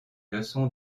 leçon